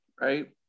right